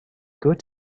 good